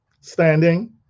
standing